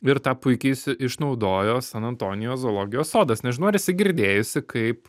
ir tą puikiai išnaudojo san antonijo zoologijos sodas nežinau ar esi girdėjusi kaip